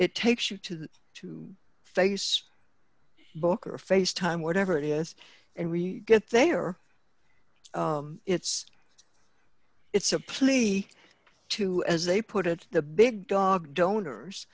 it takes you to the to face book or face time whatever it is and we get there it's it's a plea to as they put it the big dog donors